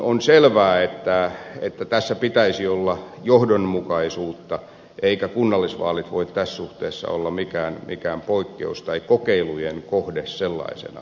on selvää että tässä pitäisi olla johdonmukaisuutta eivätkä kunnallisvaalit voi tässä suhteessa olla mikään poikkeus tai kokeilujen kohde sellaisenaan